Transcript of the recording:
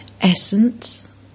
Essence